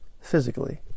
physically